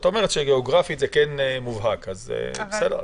אומרת שגיאוגרפית זה כן מובהק, אז בסדר.